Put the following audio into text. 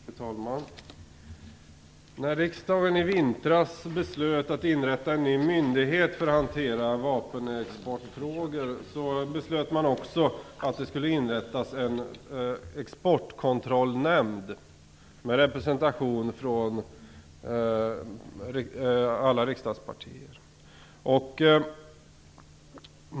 Fru talman! När riksdagen i vintras beslutade att inrätta en ny myndighet för att hantera vapenexportfrågor beslutade man också att det skulle inrättas en exportkontrollnämnd med representation från alla riksdagspartier.